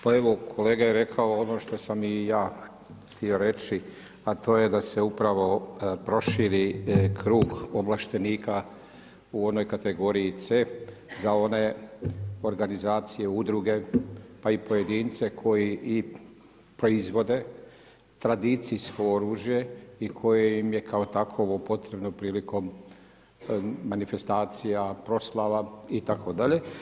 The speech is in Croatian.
Pa evo kolega je rekao ono što sam i ja htio reći, a to je da se upravo proširi krug ovlaštenika u onoj kategoriji C za one organizacije, udruge, pa i pojedince koji i proizvode tradicijsko oružje i koje im je kao takovo potrebno prilikom manifestacija, proslava itd.